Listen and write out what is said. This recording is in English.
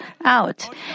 out